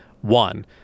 one